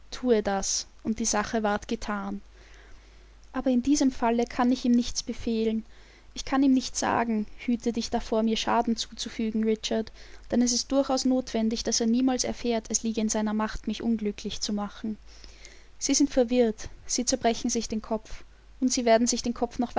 thue das und die sache ward gethan aber in diesem falle kann ich ihm nichts befehlen ich kann ihm nicht sagen hüte dich davor mir schaden zuzufügen richard denn es ist durchaus notwendig daß er niemals erfährt es liege in seiner macht mich unglücklich zu machen sie sind verwirrt sie zerbrechen sich den kopf und sie werden sich den kopf noch